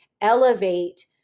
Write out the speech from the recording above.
elevate